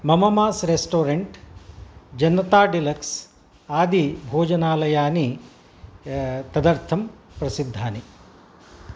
मममास् restaurant जनताडिलक्स् आदि भोजनालयानि तदर्थं प्रसिद्धानि